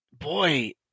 boy